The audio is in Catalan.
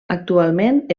actualment